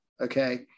Okay